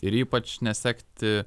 ir ypač nesekti